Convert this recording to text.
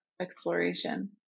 exploration